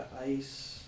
Ice